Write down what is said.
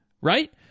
right